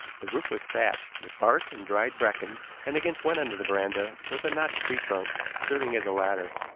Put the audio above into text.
the roof was thatched with bark and dried bracken, and against one end of the veranda was a notched tree trunk, serving as a ladder.